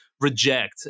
reject